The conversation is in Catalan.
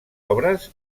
obres